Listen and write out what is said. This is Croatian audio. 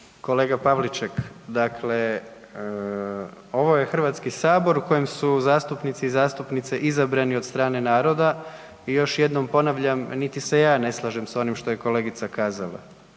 Kolega Pavliček, dakle ovo je Hrvatski sabor u kojem su zastupnici i zastupnice izabrani od strane naroda i još jednom ponavljam, niti se ja ne slažem s onim što je kolegica kazala.